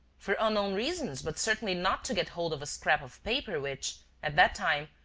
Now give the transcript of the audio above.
for unknown reasons, but certainly not to get hold of a scrap of paper which, at that time,